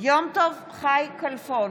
יום טוב חי כלפון,